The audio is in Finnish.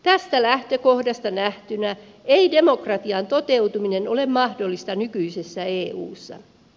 tästä lähtökohdasta nähtynä ei demokratian toteutuminen ole mahdollista nykyisessä eussa